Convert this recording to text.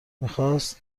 میخواست